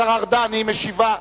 השר ארדן, היא משיבה.